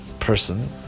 person